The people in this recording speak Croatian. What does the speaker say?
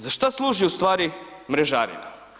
Za šta služi u stvari mrežarina?